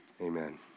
Amen